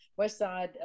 Westside